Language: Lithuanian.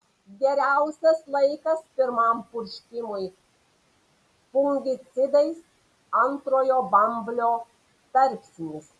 geriausias laikas pirmam purškimui fungicidais antrojo bamblio tarpsnis